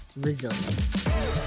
resilient